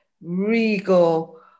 regal